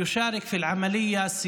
כדי להשתתף בבחירות,